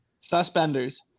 Suspenders